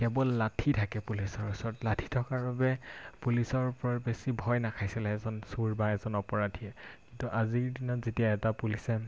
কেৱল লাঠি থাকে পুলিচৰ ওচৰত লাঠি থকাৰ বাবে পুলিচৰ ওপৰত বেছি ভয় নাখাইছিল এজন চোৰ বা এজন অপৰাধীয়ে কিন্তু আজিৰ দিনত যেতিয়া এটা পুলিচে